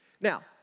Now